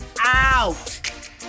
out